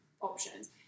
options